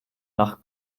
nach